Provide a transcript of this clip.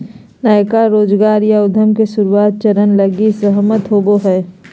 नयका रोजगार या उद्यम के शुरुआत चरण लगी सहमत होवो हइ